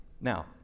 Now